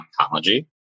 oncology